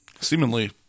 Seemingly